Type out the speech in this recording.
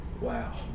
Wow